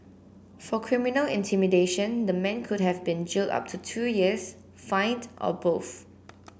for criminal intimidation the man could have been jailed up to two years fined or both